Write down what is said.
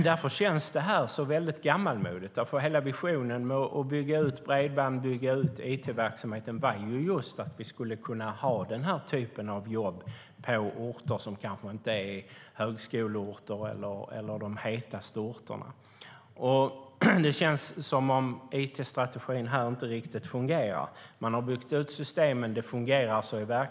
Därför känns detta så gammalmodigt, för hela visionen med att bygga ut bredband och it-verksamheten var ju just att vi skulle kunna ha den här typen av jobb på orter som inte är högskoleorter eller de hetaste orterna. Det känns som att it-strategin här inte riktigt fungerar. Man har byggt ut systemen.